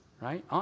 Right